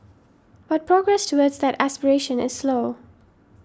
but progress towards that aspiration is slow